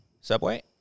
Subway